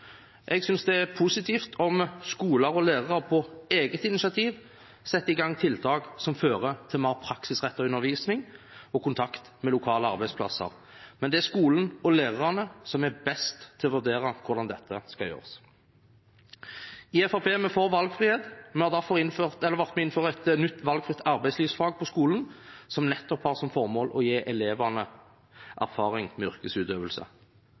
Jeg synes det er positivt om skoler og lærere på eget initiativ setter i gang tiltak som fører til mer praksisrettet undervisning og kontakt med lokale arbeidsplasser, men det er skolen og lærerne som er best til å vurdere hvordan dette skal gjøres. I Fremskrittspartiet er vi for valgfrihet. Derfor har vi vært med på å innføre et nytt, valgfritt arbeidslivsfag i skolen, som nettopp har som formål å gi elevene erfaring med yrkesutøvelse.